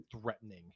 threatening